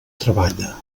treballa